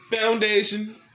Foundation